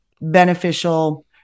beneficial